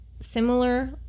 similar